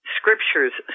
scriptures